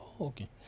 Okay